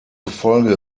gefolge